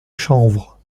chanvre